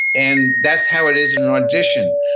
and that's how it is in an audition.